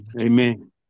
Amen